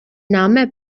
name